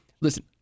listen